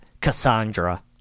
Cassandra